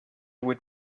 would